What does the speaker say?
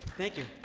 thank you.